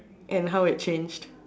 and how it changed